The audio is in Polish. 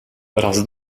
raz